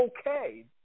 okay